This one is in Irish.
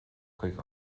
chuig